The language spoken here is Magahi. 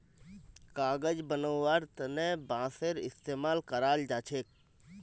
कागज बनव्वार तने बांसेर इस्तमाल कराल जा छेक